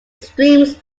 streams